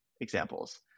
examples